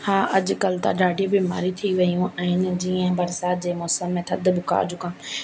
हा अॼुकल्ह त ॾाढी बीमारियूं थी वयूं आहिनि जीअं बरसाति जे मौसम में थधु बुख़ार ज़ुकाम